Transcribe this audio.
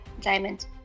diamond